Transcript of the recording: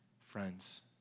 Friends